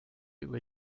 über